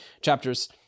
chapters